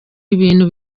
ibintu